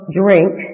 drink